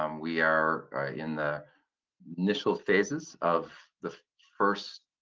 um we are in the initial phases of the first